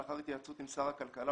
לאחר התייעצות עם שר הכלכלה,